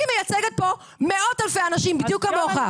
היא מייצגת פה מאות אלפי אנשים, בדיוק כמוך.